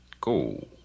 go